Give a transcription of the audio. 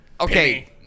Okay